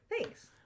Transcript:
Thanks